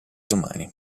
domani